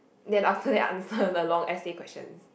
then after that answer the long essay question